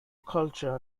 culture